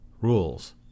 rules